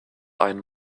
einen